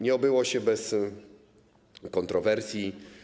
Nie obyło się bez kontrowersji.